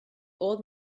old